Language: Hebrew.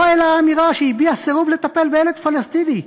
העלה אמירה שהביעה סירוב לטפל בילד פלסטיני.